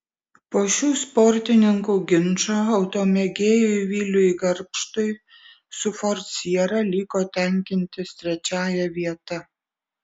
po šių sportininkų ginčo automėgėjui viliui garbštui su ford siera liko tenkintis trečiąja vieta